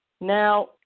now